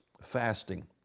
fasting